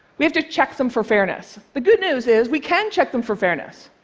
we have to check them for fairness. the good news is, we can check them for fairness.